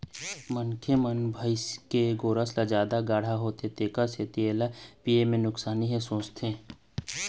मनखे मन भइसी के गोरस ह जादा गाड़हा होथे तेखर सेती एला पीए म नुकसानी हे सोचथे